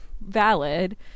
valid